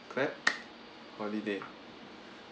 clap holiday